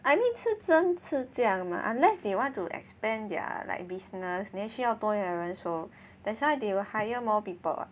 I mean 是真是这样 mah unless they want to expand their like business then 需要多一点人手 so that's why they will hire more people [what]